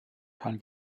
pan